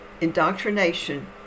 indoctrination